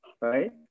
right